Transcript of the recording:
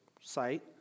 site